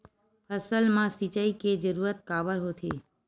फसल मा सिंचाई के जरूरत काबर होथे?